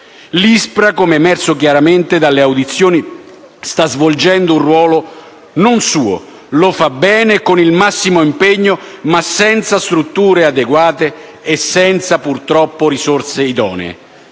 L'ISPRA, come emerso chiaramente dalle audizioni, sta svolgendo un ruolo non suo. Lo fa bene e con il massimo impegno, ma senza strutture adeguate e purtroppo senza risorse idonee.